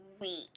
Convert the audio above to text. week